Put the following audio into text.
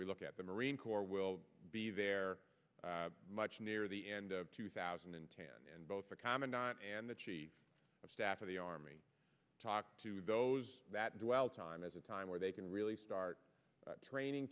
we look at the marine corps will be there much near the end of two thousand and ten and both the commandant and the chief of staff of the army talk to those that dwell time as a time where they can really start training